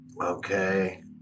okay